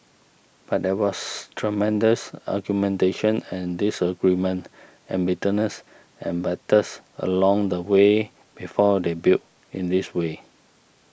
but there was tremendous argumentation and disagreement and bitterness and battles along the way before they built in this way